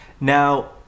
Now